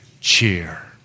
cheer